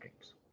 games